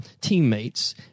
teammates